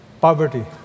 poverty